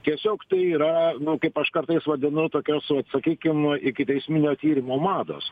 tiesiog tai yra nu kaip aš kartais vadinu tokias vat sakykim ikiteisminio tyrimo mados